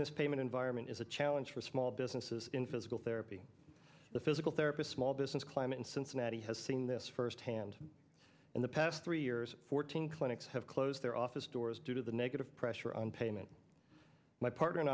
this payment environment is a challenge for small businesses in physical therapy the fish therapist small business climate in cincinnati has seen this firsthand in the past three years fourteen clinics have closed their office doors due to the negative pressure on payment my partner and